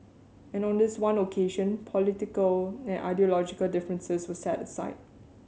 and on this one occasion political and ideological differences were set aside